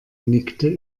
nickte